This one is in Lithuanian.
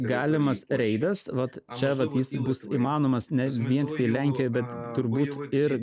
galimas reidas vat šiąnakt jis bus įmanomas ne vien tiktai lenkijoj bet turbūt ir